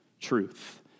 truth